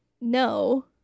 No